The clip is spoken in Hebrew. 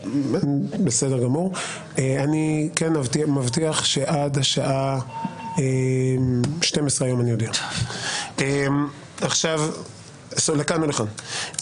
אני כן מבטיח שעד השעה 12:00 היום אני אודיע לכאן או לכאן.